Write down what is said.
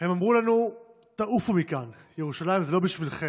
"הם אמרו לנו: תעופו מכאן, ירושלים זה לא בשבילכם,